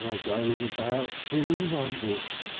um goes about seeing wonders,